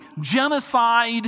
genocide